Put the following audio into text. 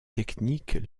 techniques